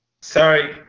Sorry